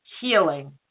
healing